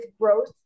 growth